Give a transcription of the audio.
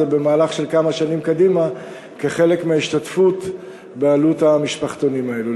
במהלך של כמה שנים קדימה כחלק מההשתתפות בעלות המשפחתונים האלה.